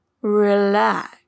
relax